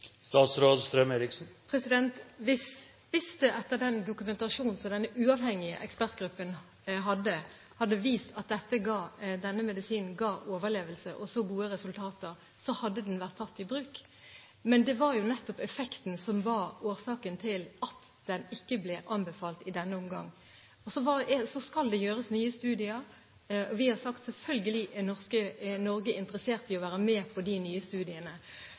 Hvis den uavhengige ekspertgruppens dokumentasjon hadde vist at denne medisinen ga overlevelse og så gode resultater, ville den vært tatt i bruk, men det var jo nettopp effekten som var årsaken til at den ikke ble anbefalt i denne omgang. Så skal det gjøres nye studier, og vi har sagt at Norge selvfølgelig er interessert i å være med på de nye studiene.